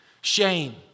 shame